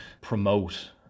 promote